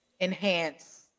enhance